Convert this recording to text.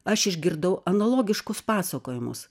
aš išgirdau analogiškus pasakojimus